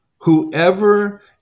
Whoever